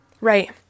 Right